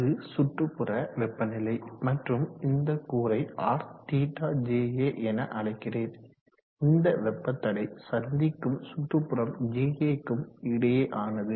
அது சுற்றுப்புற வெப்பநிலை மற்றும் இந்த கூறை RθJA என அழைக்கிறேன் இந்த வெப்ப தடை சந்திக்கும் சுற்றுப்புறம் JA க்கும் இடையே ஆனது